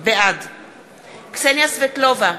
בעד קסניה סבטלובה,